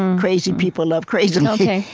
crazy people love crazily.